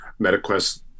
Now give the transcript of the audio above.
MetaQuest